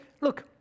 Look